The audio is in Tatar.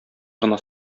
гына